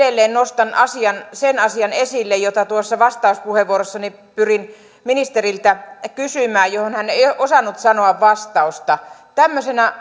edelleen nostan esille sen asian jota tuossa vastauspuheenvuorossani pyrin ministeriltä kysymään johon hän ei osannut sanoa vastausta tämmöisenä